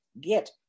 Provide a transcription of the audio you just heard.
get